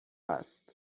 است